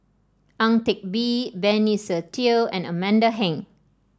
Ang Teck Bee Benny Se Teo and Amanda Heng